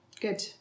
Good